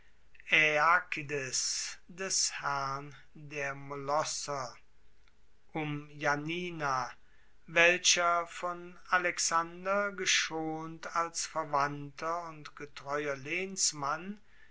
des herrn der molosser um janina welcher von alexander geschont als verwandter und getreuer